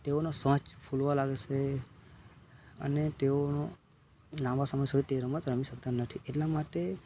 તેઓનો શ્વાસ ફુલવા લાગે છે અને તેઓનો લાંબા સમય સુધી રમત રમી શકતા નથી એટલા માટે